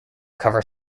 cover